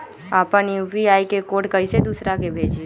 अपना यू.पी.आई के कोड कईसे दूसरा के भेजी?